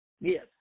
Yes